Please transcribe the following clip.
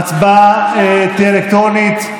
ההצבעה תהיה אלקטרונית.